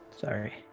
Sorry